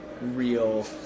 real